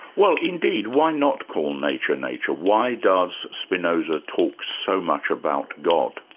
well indeed, why not call nature, nature? why does spinoza talk so much about god?